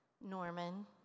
Norman